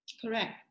correct